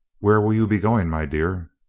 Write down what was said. where will you be going, my dear?